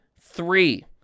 three